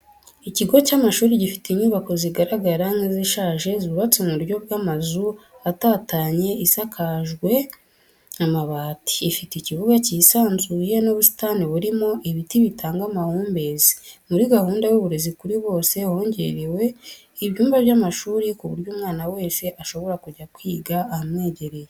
Ikigo cy'amashuri gifite inyubako zigaragara nk'izishaje zubatse mu buryo bw'amazu atatanye isakajwe amabati, ifite ikibuga cyisanzuye n'ubusitani burimo ibiti bitanga amahumbezi, muri gahunda y'uburezi kuri bose hongerewe ibyumba by'amashuri ku buryo umwana wese ashobora kujya kwiga ahamwegereye.